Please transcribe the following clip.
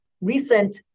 recent